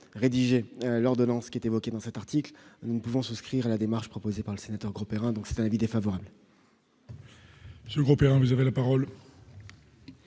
rédiger l'ordonnance qui est évoqué dans cet article, nous ne pouvons souscrire à la démarche proposée par le sénateur Grosperrin, donc c'est un avis défavorable. Ce Grosperrin, vous avez la parole.